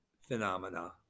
phenomena